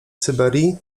syberii